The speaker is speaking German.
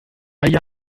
jahren